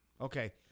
Okay